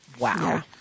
Wow